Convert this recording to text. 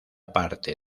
parte